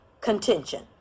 contention